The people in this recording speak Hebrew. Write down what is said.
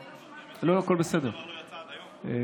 לכן,